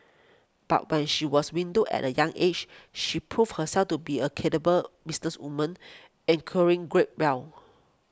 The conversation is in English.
but when she was widowed at a young aged she proved herself to be a businesswoman acquiring great well